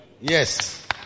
Yes